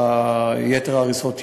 יתר ההריסות יבוצעו.